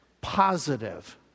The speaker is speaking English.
positive